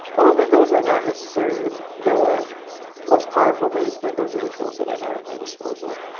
oh, that those are not necessarily the the most powerful ways, but those are the tools that i have at my disposal.